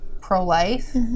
pro-life